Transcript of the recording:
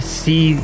see